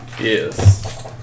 Yes